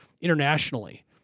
internationally